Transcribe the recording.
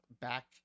back